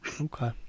okay